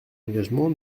engagement